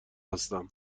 هستم